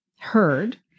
heard